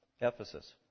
Ephesus